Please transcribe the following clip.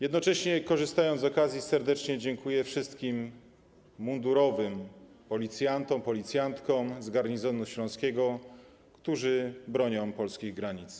Jednocześnie, korzystając z okazji, serdecznie dziękuję wszystkim mundurowym, policjantom i policjantkom z garnizonu śląskiego, którzy bronią polskich granic.